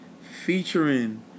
Featuring